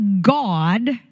God